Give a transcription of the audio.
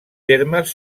termes